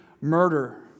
murder